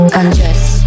undress